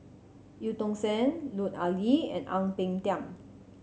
Eu Tong Sen Lut Ali and Ang Peng Tiam